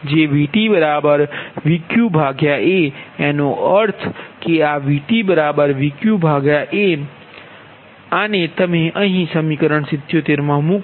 જે VtVq a એનો અર્થકે આ VtVq a આને તમે અહીં સમીકરણ 77 મૂકો